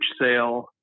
sale